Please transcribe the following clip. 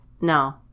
No